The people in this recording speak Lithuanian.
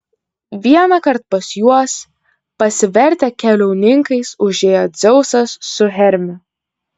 vienąkart pas juos pasivertę keliauninkais užėjo dzeusas su hermiu